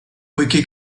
poiché